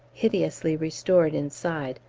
hideously restored inside,